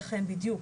לכן בדיוק